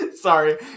Sorry